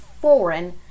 foreign